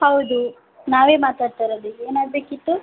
ಹೌದು ನಾವೇ ಮಾತಾಡ್ತಾ ಇರೋದು ಏನಾಗಬೇಕಿತ್ತು